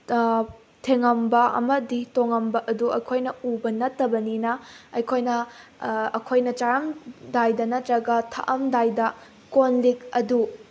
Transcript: ꯊꯦꯡꯉꯝꯕ ꯑꯃꯗꯤ ꯇꯣꯡꯉꯝꯕ ꯑꯗꯨ ꯑꯩꯈꯣꯏꯅ ꯎꯕ ꯅꯠꯇꯕꯅꯤꯅ ꯑꯩꯈꯣꯏꯅ ꯑꯩꯈꯣꯏꯅ ꯆꯥꯔꯝꯗꯥꯏꯗ ꯅꯠꯇ꯭ꯔꯒ ꯊꯛꯑꯝꯗꯥꯏꯗ ꯀꯣꯜꯂꯤꯛ ꯑꯗꯨ